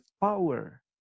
power